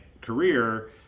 career